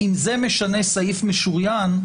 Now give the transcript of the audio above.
אם זה משנה סעיף משוריין,